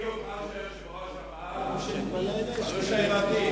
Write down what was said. בדיוק מה שהיושב-ראש אמר, זו שאלתי.